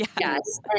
yes